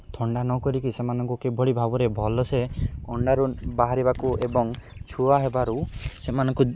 ଥଣ୍ଡା ନ କରିକି ସେମାନଙ୍କୁ କିଭଳି ଭାବରେ ଭଲସେ ଅଣ୍ଡାରୁ ବାହାରିବାକୁ ଏବଂ ଛୁଆ ହେବାରୁ ସେମାନଙ୍କୁ